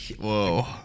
Whoa